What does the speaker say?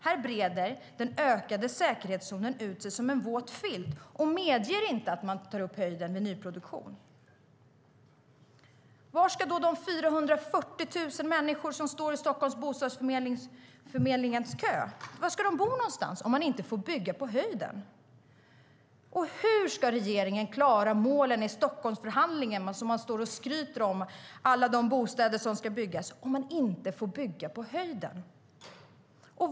Här breder den ökade säkerhetszonen ut sig som en våt filt och medger inte att man tar upp höjden vid nyproduktion. Var ska de 440 000 människor som står i Stockholms bostadsförmedlings kö bo någonstans om man inte får bygga på höjden? Hur ska regeringen klara målen i Stockholmsförhandlingen - regeringen skryter om alla bostäder som ska byggas - om man inte får bygga på höjden?